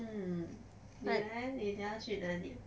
mm 你 leh 你等下要去哪里